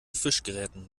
fischgräten